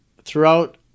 throughout